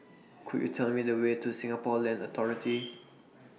Could YOU Tell Me The Way to Singapore Land Authority